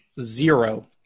Zero